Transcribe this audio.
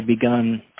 begun